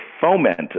foment